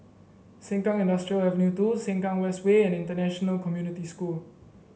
Sengkang Industrial Avenue two Sengkang West Way and International Community School